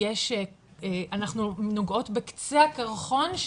שאנחנו נוגעות בקצה הקרחון,